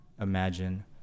imagine